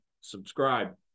subscribe